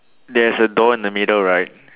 there is a door in the middle right